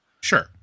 Sure